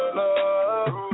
love